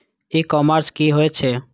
E commerce की होय छेय?